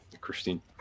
Christine